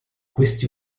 questi